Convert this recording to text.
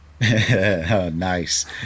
nice